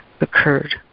occurred